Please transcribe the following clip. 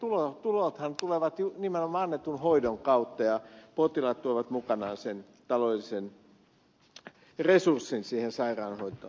sairaaloiden tulothan tulevat nimenomaan annetun hoidon kautta ja potilaat tuovat mukanaan sen taloudellisen resurssin siihen sairaanhoitoon